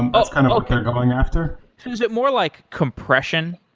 um that's kind of what they're going after. is it more like compression?